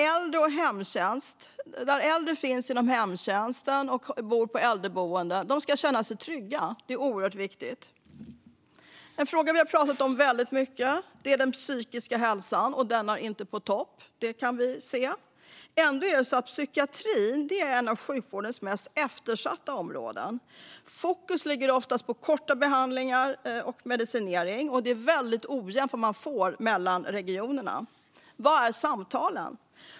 Äldre som har hemtjänst eller bor på äldreboenden ska känna sig trygga; det är oerhört viktigt. En fråga vi har pratat om väldigt mycket är den psykiska hälsan, och den är inte på topp; det kan vi se. Ändå är psykiatrin ett av sjukvårdens mest eftersatta områden. Fokus ligger oftast på korta behandlingar och medicinering, och det är väldigt ojämnt mellan regionerna när det gäller vad man får. Var är samtalen?